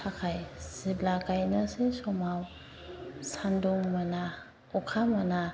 थाखाय जेब्ला गायनोसै समाव सान्दुं मोना अखा मोना